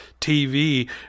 TV